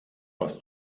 was